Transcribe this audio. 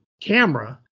camera